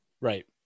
Right